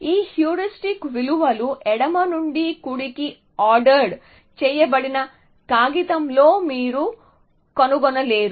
ఈ హ్యూరిస్టిక్ విలువలు ఎడమ నుండి కుడికి ఆర్డర్ చేయబడిన కాగితంలో మీరు కనుగొనలేరు